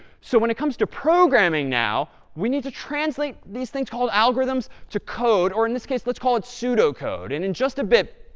so when it comes to programming now, we need to translate these things called algorithms to code. or, in this case, let's call it pseudocode. and in just a bit,